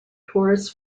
tours